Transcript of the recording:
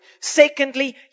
Secondly